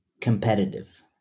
competitive